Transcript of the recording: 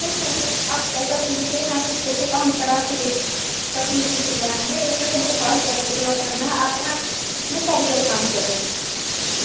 फिर तो वह आप कैसा सिलते हैं कुछ बच्चों का हम करा कर देखे तब ना फिर सिलवाएँगे वैसे हमको पाँच हज़ार बच्चों का कराना है आपके यहाँ कितने कारीगर काम कर रहे हैं